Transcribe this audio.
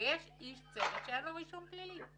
שיש איש צוות שאין לו רישום פלילי.